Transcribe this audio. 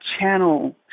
channel